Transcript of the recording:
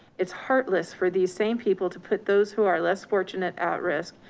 it's heartless for these same people to put those who are less fortunate at risk,